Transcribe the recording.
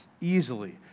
easily